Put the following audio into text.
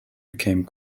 became